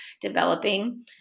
developing